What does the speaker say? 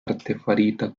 artefarita